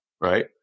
Right